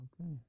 Okay